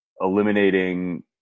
eliminating